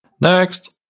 Next